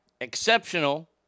exceptional